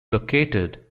located